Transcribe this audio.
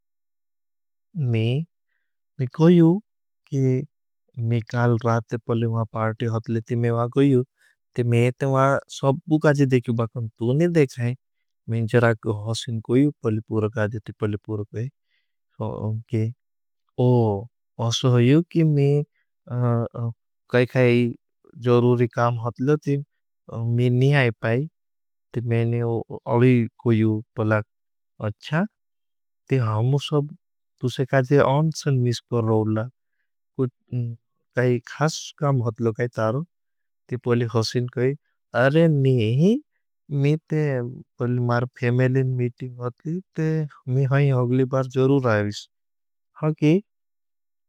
मैं कौयू कि मैं काल राते पले वा पार्टे होतले ती मैं वा गौयू। ती मैं इतने वा सब्बू काजे देख्यू। बाकर मैं तूने देखाय। मैं जरा को होसिन गौय। पले पुरा काजे ती पले पुरा गौय। मैं कौयू कोई जरूरी काम होतले ती मैं नहीं आए पाई। मैंने अड़ी कोई पलाग अच्छा। ती हमों सब तुसे काजे अंचन मिस्पर रहूला। काई खास काम होतले काई तारो। ती पले होसिन कोई अरे नहीं। मैंने अगली बार जरूर आए।